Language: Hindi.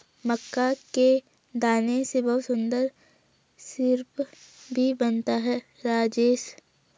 मक्का के दाने से बहुत सुंदर सिरप भी बनता है राजेश